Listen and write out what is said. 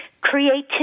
creativity